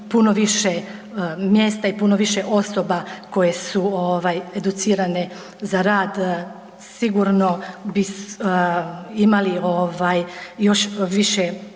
puno više mjesta i puno više osoba koje su educirane za rad, sigurno bi imali još više